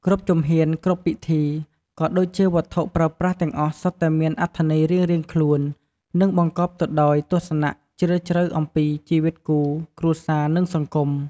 គ្រប់ជំហាន គ្រប់ពិធី ក៏ដូចជាវត្ថុប្រើប្រាស់ទាំងអស់សុទ្ធតែមានអត្ថន័យរៀងៗខ្លួន និងបង្កប់ទៅដោយទស្សនៈជ្រាលជ្រៅអំពីជីវិតគូ គ្រួសារ និងសង្គម។